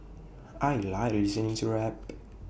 I Like listening to rap